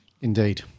Indeed